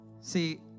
See